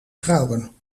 trouwen